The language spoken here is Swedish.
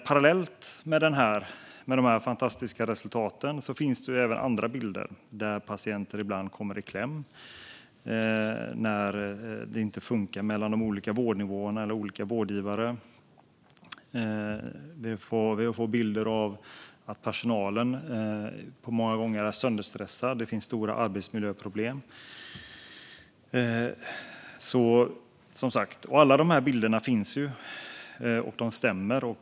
Parallellt med de fantastiska resultaten finns det även andra bilder där patienter ibland kommer i kläm när det inte fungerar mellan de olika vårdnivåerna eller olika vårdgivare. Vi får bilder av att personalen många gånger är sönderstressad. Det finns stora arbetsmiljöproblem. Alla de bilderna finns, och de stämmer.